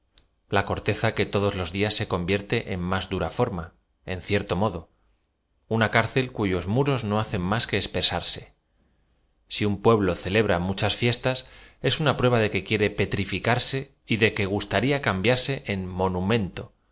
la corteza que todos loa dias se convierte on m is dura form a en cierto modo una cárcel cuyos muros no hacen más que espesarse si un pueblo celebra muchas fiestas es una prueba de que quiere petrificarse y de que gustaría cambiarse en monumento